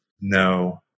No